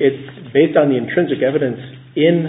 it's based on the intrinsic evidence in